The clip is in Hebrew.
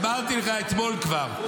אמרתי לך אתמול כבר,